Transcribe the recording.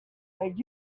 and